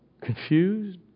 confused